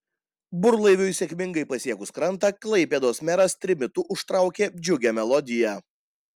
burlaiviui sėkmingai pasiekus krantą klaipėdos meras trimitu užtraukė džiugią melodiją